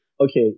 okay